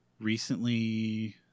recently